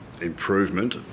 improvement